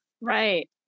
Right